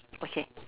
okay